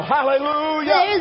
Hallelujah